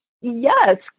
yes